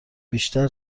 بیشتر